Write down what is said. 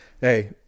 hey